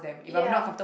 ya